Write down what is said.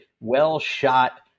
well-shot